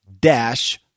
dash